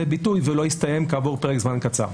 ביטוי ולא יסתיים כעבור פרק זמן קצר.